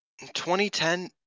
2010